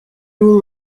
would